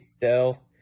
Dell